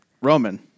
Roman